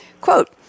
Quote